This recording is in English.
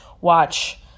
watch